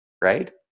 right